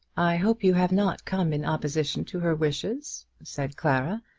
i hope you have not come in opposition to her wishes, said clara,